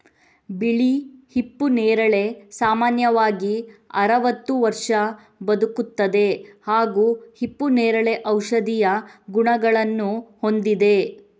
ಬಿಳಿ ಹಿಪ್ಪು ನೇರಳೆ ಸಾಮಾನ್ಯವಾಗಿ ಅರವತ್ತು ವರ್ಷ ಬದುಕುತ್ತದೆ ಹಾಗೂ ಹಿಪ್ಪುನೇರಳೆ ಔಷಧೀಯ ಗುಣಗಳನ್ನು ಹೊಂದಿದೆ